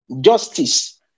justice